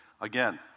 again